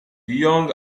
young